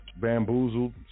bamboozled